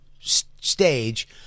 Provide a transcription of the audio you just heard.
stage